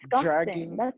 dragging